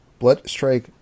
Bloodstrike